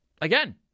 again